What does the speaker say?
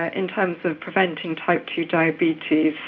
ah in terms of preventing type two diabetes,